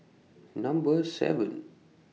Number seven